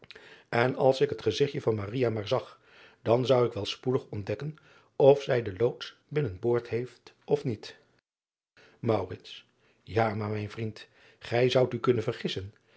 en als ik het gezigtje van maar zag dan zou ik wel spoedig ontdekken of zij den loods binnen boord heeft of niet a maar mijn vriend gij zoudt u kunnen vergissen